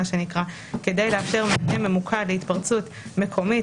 כדי לאפשר מענה ממוקד להתפרצות מקומית,